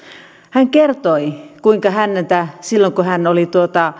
hän kertoi kuinka häntä silloin kun hän oli